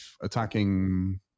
attacking